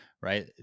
right